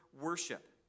worship